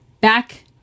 back